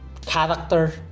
character